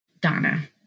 Donna